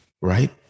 right